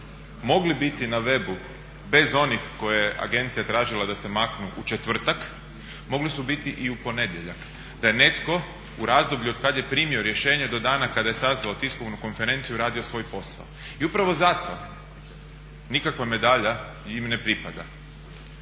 mogli biti na webu bez onih koje je agencija tražila da se maknu u četvrtak mogli su biti i u ponedjeljak, da je netko u razdoblju od kad je primio rješenje do dana kada je sazvao tiskovnu konferenciju radio svoj posao. I upravo zato nikakva medalja im ne pripada,